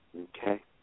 Okay